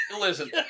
Listen